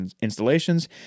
installations